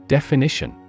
Definition